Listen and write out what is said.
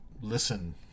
listen